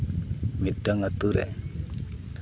ᱢᱤᱫᱴᱮᱱ ᱟᱛᱳ ᱨᱮ